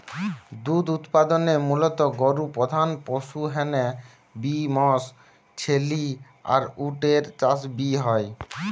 দুধ উতপাদনে মুলত গরু প্রধান পশু হ্যানে বি মশ, ছেলি আর উট এর চাষ বি হয়